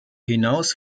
hinaus